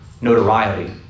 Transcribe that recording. notoriety